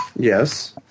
Yes